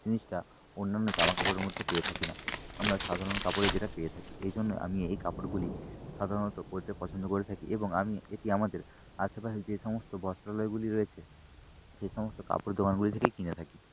জিনিসটা অন্যান্য জামা কাপড়ের মধ্যে পেয়ে থাকি না আমরা সাধারণ কাপড়ে যেটা পেয়ে থাকি এই জন্যই আমি এই কাপড়গুলি সাধারণত পরতে পছন্দ করে থাকি এবং আমি এটি আমাদের আশেপাশে যে সমস্ত বস্ত্রালয়গুলি রয়েছে সে সমস্ত কাপড়ের দোকানগুলি থেকেই কিনে থাকি